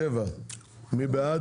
סעיף 7. מי בעד?